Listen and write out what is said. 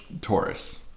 Taurus